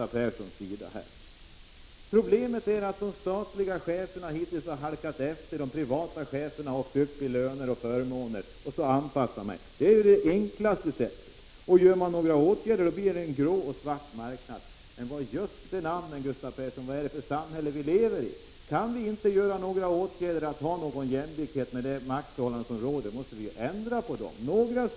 Problemet är att de statliga cheferna hittills har halkat efter, medan de privata chefernas löner och förmåner har ökat. En marknadsanpassning är då den enklaste vägen. Om några åtgärder vidtas uppstår en grå marknad och en svart marknad, säger Gustav Persson. Men vad är det för samhälle som vi lever i? Om vi under de maktförhållanden som råder inte kan genomföra några åtgärder för att åstadkomma jämlikhet, måste vi ändra på dessa förhållanden.